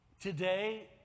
Today